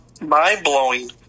Mind-blowing